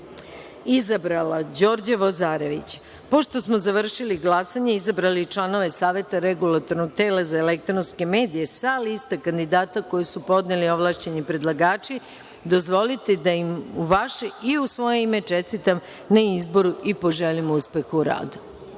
kandidata Đorđa Vozarevića. Pošto smo završili glasanje i izabrali članovi Saveta Regulatornog tela za elektronske medije sa liste kandidata koji su podneli ovlašćeni predlagači, dozvolite da im u vaše i u svoje ime čestitam na izboru i poželim uspeh u radu.